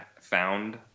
found